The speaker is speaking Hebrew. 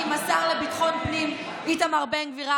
עם השר לביטחון פנים איתמר בן גביר.